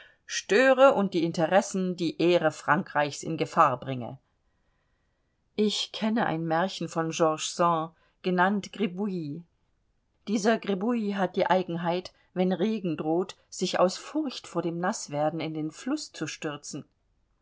störe und die interessen die ehre frankreichs in gefahr bringe ich kenne ein märchen von george sand genannt gribouille dieser gribouille hat die eigenheit wenn regen droht sich aus furcht vor dem naßwerden in den fluß zu stürzen